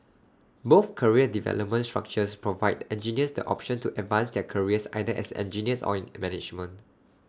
both career development structures provide engineers the option to advance their careers either as engineers or in management